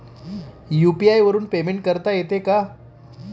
UPI वरून payment करता येते का?